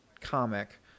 comic